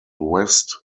west